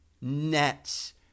Nets